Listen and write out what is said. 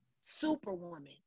Superwoman